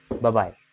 Bye-bye